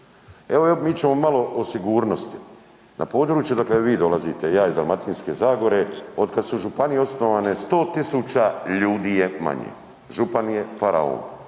Evo mi ćemo malo o sigurnosti, na području odakle vi dolazite i ja iz Dalmatinske zagore, otkad su županije osnovane 100 000 ljudi je manje, župan je faraon,